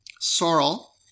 Sorrel